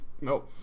No